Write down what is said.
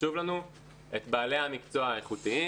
שחשובים לנו את בעלי המקצוע האיכותיים.